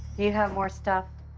you have more stuff?